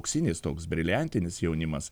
auksinis toks briliantinis jaunimas